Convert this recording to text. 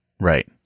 right